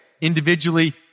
individually